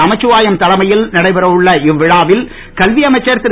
நமச்சிவாயம் தலைமையில் நடைபெறவுள்ள இவ்விழாவில் கல்வி அமைச்சர் திரு